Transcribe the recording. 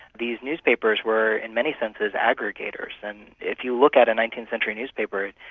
these newspapers were in many senses aggregators. and if you look at a nineteenth century newspaper,